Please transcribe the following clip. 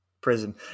Prison